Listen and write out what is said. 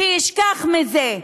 שישכח מזה.